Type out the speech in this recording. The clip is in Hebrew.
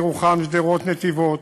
ירוחם, שדרות, נתיבות,